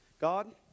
God